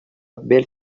belle